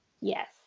Yes